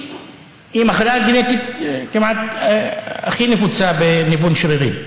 היא מחלה גנטית כמעט הכי נפוצה בניוון שרירים,